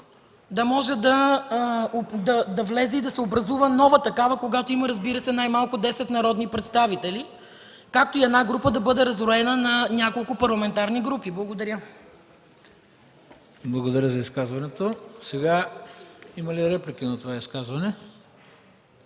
да може да влезе и да се образува нова такава, когато има, разбира се, най-малко десет народни представители, както и една група да бъде разроена на няколко парламентарни групи. Благодаря. ПРЕДСЕДАТЕЛ ХРИСТО БИСЕРОВ: Благодаря за изказването. Има ли желаещи за реплики на това изказване?